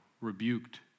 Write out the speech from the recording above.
rebuked